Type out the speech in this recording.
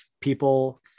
people